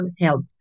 help